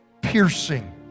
piercing